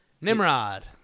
Nimrod